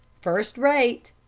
first rate.